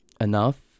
enough